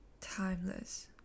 timeless